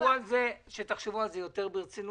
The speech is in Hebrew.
שתחשבו על זה יותר ברצינות.